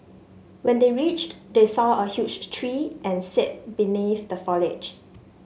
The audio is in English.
when they reached they saw a huge tree and sat beneath the foliage